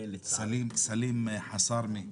סלים חסארמה.